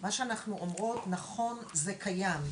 מה שאני אומרת זה שאכן זה קיים,